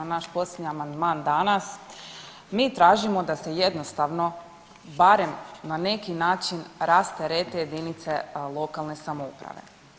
Naš posljednji amandman danas mi tražimo da se jednostavno barem na neki način rasterete jedinice lokalne samouprave.